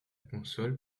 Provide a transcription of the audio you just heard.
console